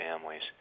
families